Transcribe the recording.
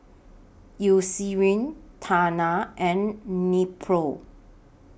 Eucerin Tena and Nepro